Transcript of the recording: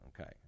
okay